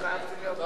לשאילתות.